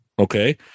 Okay